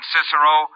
Cicero